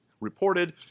reported